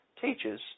teaches